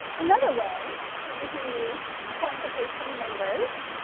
another way that you can use quantification numbers